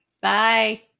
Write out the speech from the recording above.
Bye